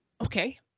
Okay